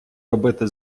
робити